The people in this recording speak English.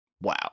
wow